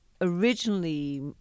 originally